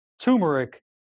Turmeric